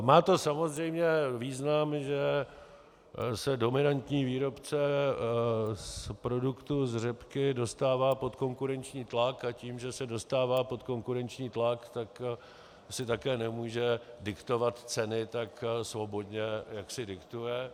Má to samozřejmě význam, že se dominantní výrobce produktů z řepky dostává pod konkurenční tlak, a tím, že se dostává pod konkurenční tlak, tak si také nemůže diktovat ceny tak svobodně, jak si diktuje.